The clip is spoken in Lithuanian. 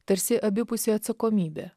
tarsi abipusė atsakomybė